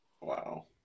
Wow